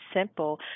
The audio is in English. simple